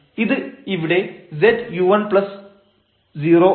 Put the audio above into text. ഇത് ഇവിടെ z u10 ആവും